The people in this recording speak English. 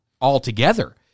altogether